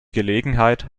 gelegenheit